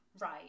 right